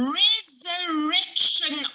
resurrection